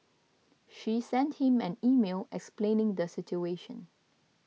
she sent him an email explaining the situation